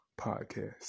podcast